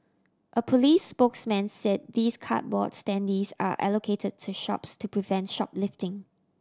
a police spokesman said these cardboard standees are allocated to shops to prevent shoplifting